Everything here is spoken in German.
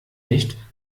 nicht